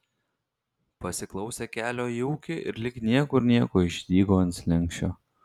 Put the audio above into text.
pasiklausė kelio į ūkį ir lyg niekur nieko išdygo ant slenksčio